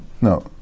No